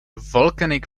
volcanic